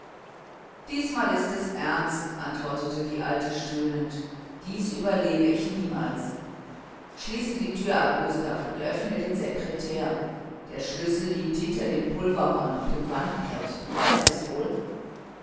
diesmal ist es ernst antwortete die alte stöhnend dies überlebe ich niemals schließe die tür ab gustav und öffne den sekretär der schlüssel liegt hinter dem pulverhorn auf dem wandbrett du weißt es wohl